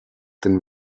denn